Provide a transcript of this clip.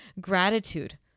gratitude